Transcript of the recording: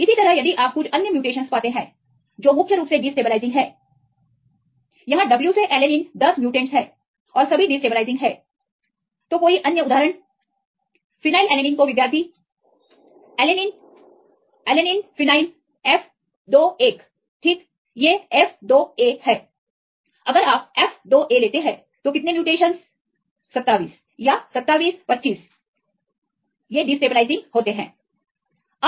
इसी तरह यदि आपRefer Time 0650 कुछ अन्य म्यूटेशनस पाते हैं जो मुख्य रूप से डिस्टेबलाइजिंग हैं यहां W से एलैनिन10 म्यूटेंटस है और सभी 10डिस्टेबलाइजिंग हैं तो कोई अन्य उदाहरण फिनाइलएलैनिन को विद्यार्थी alanine alanine alanine phenyl F 2 A ठीक ये F 2 A है अगर आप F 2 A लेते हैं तो कितने म्यूटेशंस 27 या 27 25 या डिस्टेबलाइजिंग होते हैं